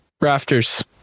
Rafters